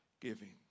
giving